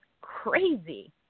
crazy